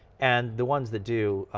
and the ones that do,